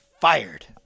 fired